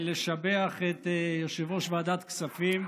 ולשבח את יושב-ראש ועדת הכספים.